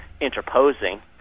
interposing